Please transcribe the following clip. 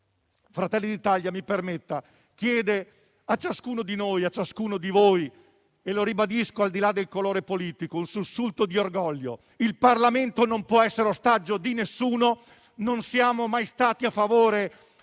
Fratelli d'Italia - mi permetta - chiede a ciascuno di noi e a ciascuno di voi, al di là del colore politico (lo ribadisco), un sussulto di orgoglio. Il Parlamento non può essere ostaggio di nessuno; non siamo mai stati a favore